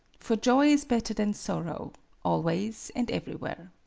for joy is better than sorrow always and everywhere.